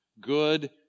Good